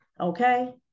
okay